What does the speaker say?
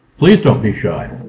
please don't be shy!